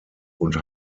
und